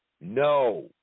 No